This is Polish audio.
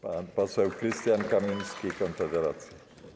Pan poseł Krystian Kamiński, Konfederacja.